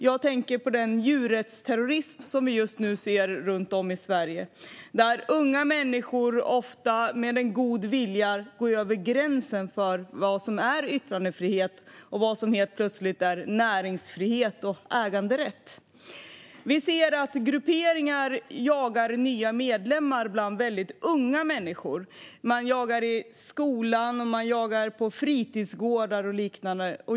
Jag tänker på den djurrättsterrorism som vi just nu ser runt om i Sverige, där unga människor, ofta med en god vilja, går över gränsen för vad som är yttrandefrihet och vad som helt plötsligt är näringsfrihet och äganderätt. Vi ser att grupperingar jagar nya medlemmar bland väldigt unga människor. Man jagar i skolan; man jagar på fritidsgårdar och liknande.